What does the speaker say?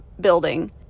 building